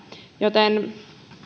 joten on